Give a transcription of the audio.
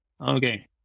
Okay